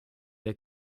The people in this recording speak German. der